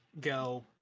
go